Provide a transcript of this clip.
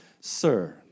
Sir